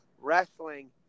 wrestling